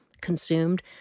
consumed